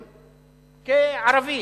כערבי.